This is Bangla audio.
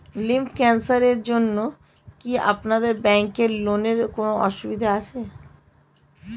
লিম্ফ ক্যানসারের জন্য কি আপনাদের ব্যঙ্কে লোনের কোনও সুবিধা আছে?